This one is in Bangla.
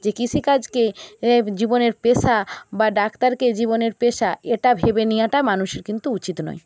যে কৃষিকাজকে জীবনের পেশা বা ডাক্তারকে জীবনের পেশা এটা ভেবে নিয়াটা মানুষের কিন্তু উচিত নয়